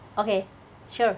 okay sure